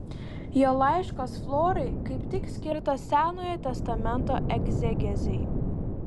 jo laiškas florai kaip tik skirtas senojo testamento egzegezei